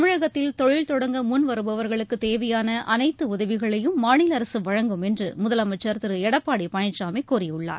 தமிழகத்தில் தொழில் தொடங்க முன்வருபவர்களுக்கு தேவையான அனைத்து உதவிகளையும் மாநில அரசு வழங்கும் என்று முதலமைச்சர் திரு எடப்பாடி பழனிசாமி கூறியுள்ளார்